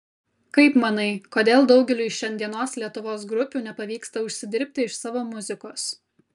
kaip manai kodėl daugeliui šiandienos lietuvos grupių nepavyksta užsidirbti iš savo muzikos